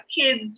kids